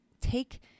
Take